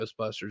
Ghostbusters